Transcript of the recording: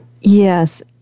Yes